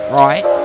right